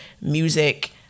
music